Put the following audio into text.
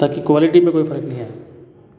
ताकि क्वालिटी पर कोई फ़र्क नहीं आये